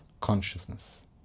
Consciousness